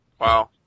Wow